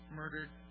murdered